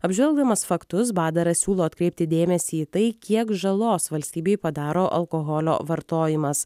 apžvelgdamas faktus badaras siūlo atkreipti dėmesį į tai kiek žalos valstybei padaro alkoholio vartojimas